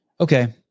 Okay